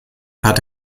hat